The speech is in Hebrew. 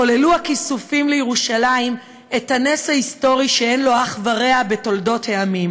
חוללו הכיסופים לירושלים את הנס ההיסטורי שאין לו אח ורע בתולדות העמים,